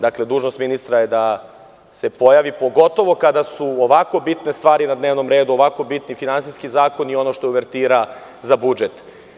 Dakle, dužnost ministra je da se pojavi pogotovo kada su ovako bitne stvari na dnevnom redu, ovako bitni finansijski zakoni, ono što je uvertira za budžet.